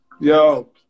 Yo